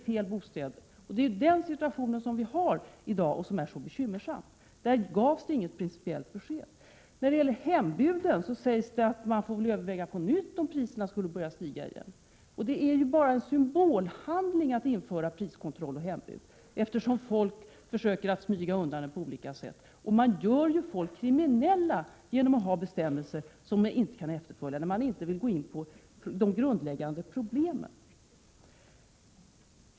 Det är den situationen som vi har i dag och som är så bekymmersam. På den punkten gavs inget principiellt besked. När det gäller hembud sägs att man får överväga detta på nytt om priserna skulle börja stiga igen. Det är ju bara en symbolhandling att införa priskontroll och hembud, eftersom människor försöker smyga undan kontrollen på olika sätt. Vi gör människor kriminella — genom att ha bestämmelser som de inte kan efterleva — i stället för att gå in på de grundläggande problemen.